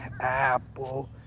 Apple